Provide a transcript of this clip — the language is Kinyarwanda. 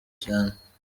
cyane